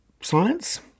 science